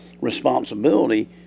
responsibility